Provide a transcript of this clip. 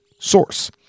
source